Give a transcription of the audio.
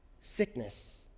Sickness